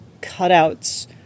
cutouts